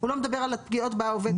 הוא לא מדבר על הפגיעות בעובד הזר.